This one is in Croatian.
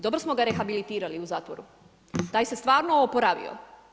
Dobro smo ga rehabilitirali u zatvoru, taj se stvarno oporavio.